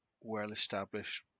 well-established